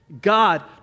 God